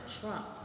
Trump